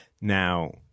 Now –